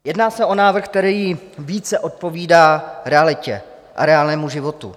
Jedná se o návrh, který více odpovídá realitě a reálnému životu.